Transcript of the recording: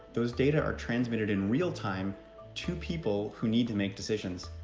those data are transmitted in real time to people who need to make decisions,